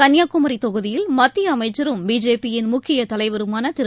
கன்னியாகுமரிதொகுதியில் மத்தியஅமைச்சரும் பிஜேபியின் முக்கியதலைவருமானதிரு